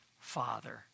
Father